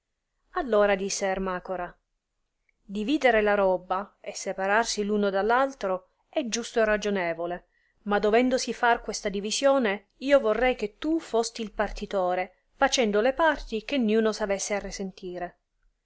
ora disse ermacora dividere la robba e separarsi r uno da l'altro é giusto e ragionevole ma dovendosi far questa divisione io vorrei che tu fosti il partitore facendo le parti sì che ninno s avesse a